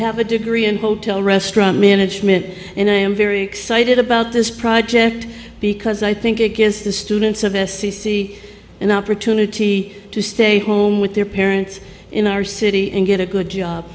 have a degree in full tilt restaurant management and i am very excited about this project because i think it gives the students of s c c an opportunity to stay home with their parents in our city and get a good job